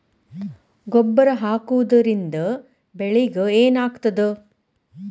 ಗೊಬ್ಬರ ಹಾಕುವುದರಿಂದ ಬೆಳಿಗ ಏನಾಗ್ತದ?